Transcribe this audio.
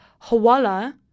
Hawala